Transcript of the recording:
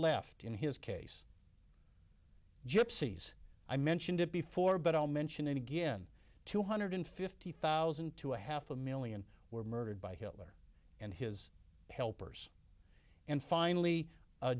left in his case gypsy's i mentioned it before but i'll mention it again two hundred fifty thousand to a half a million were murdered by hitler and his helpers and finally